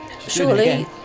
surely